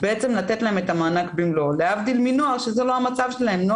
לתת להם את המענק במלואו להבדיל מנוער שזה לא המצב שלהם הם